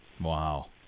Wow